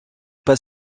pas